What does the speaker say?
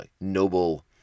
noble